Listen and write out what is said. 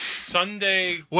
Sunday